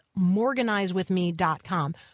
morganizewithme.com